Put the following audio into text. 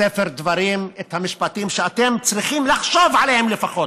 עוד פעם מספר דברים את המשפטים שאתם צריכים לחשוב עליהם לפחות.